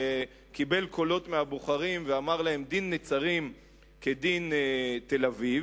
שקיבל קולות מהבוחרים ואמר להם: דין נצרים כדין תל-אביב.